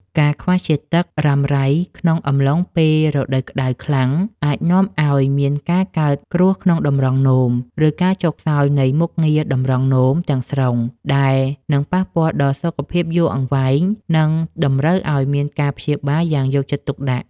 ការខ្វះជាតិទឹករ៉ាំរ៉ៃក្នុងអំឡុងពេលរដូវក្ដៅខ្លាំង អាចនាំឱ្យមានការកើតគ្រួសក្នុងតម្រងនោម ឬការចុះខ្សោយនៃមុខងារតម្រងនោមទាំងស្រុង ដែលនឹងប៉ះពាល់ដល់សុខភាពយូរអង្វែង និងតម្រូវឱ្យមានការព្យាបាលយ៉ាងយកចិត្តទុកដាក់។